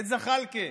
את זחאלקה,